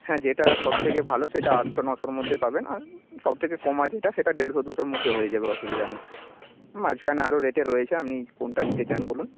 হ্যাঁ যেটা সব থেকে ভালো সেটা আটশো নশোর মধ্যে পাবেন আর সব থেকে কমা যেটা সেটা দেড়শো দুশোর মধ্যে হয়ে যাবে অসুবিধা নেই মাঝখানে আরও রেটে রয়েছে আপনি কোনটা নিতে চান বলুন